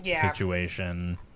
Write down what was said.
situation